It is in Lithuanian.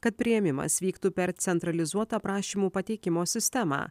kad priėmimas vyktų per centralizuotą prašymų pateikimo sistemą